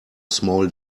small